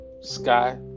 Sky